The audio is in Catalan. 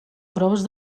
proves